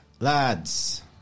Lads